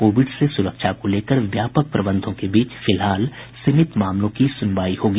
Covid से सुरक्षा को लेकर व्यापक प्रबंधों के बीच फिलहाल सीमित मामलों की सुनवाई होगी